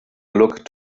look